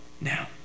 now